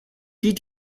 die